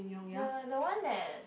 the the one that